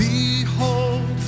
Behold